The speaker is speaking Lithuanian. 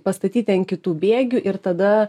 pastatyti ant kitų bėgių ir tada